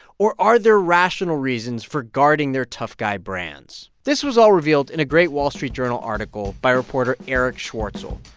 or are there rational reasons for guarding their tough-guy brands? this was all revealed in a great wall street journal article by reporter erich schwartzel.